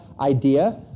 idea